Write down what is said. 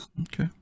Okay